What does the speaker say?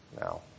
Now